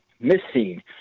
missing